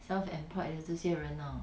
self employed 的这些人呢